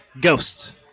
Ghosts